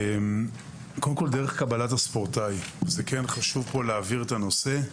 דרך קבלת הספורטאי: חשוב להבהיר את הנושא.